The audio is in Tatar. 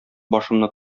башымны